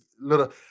little